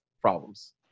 problems